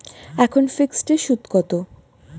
এখন ফিকসড এর সুদ কত?